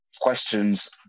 questions